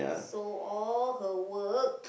so all her work